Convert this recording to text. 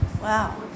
wow